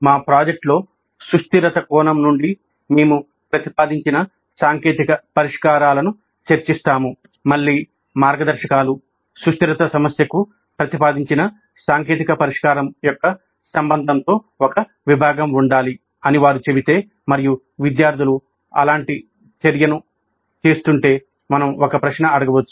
మా ప్రాజెక్ట్లో సుస్థిరత కోణం నుండి మేము ప్రతిపాదించిన సాంకేతిక పరిష్కారాలను చర్చిస్తాము